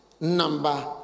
number